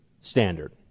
standard